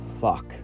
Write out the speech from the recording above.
Fuck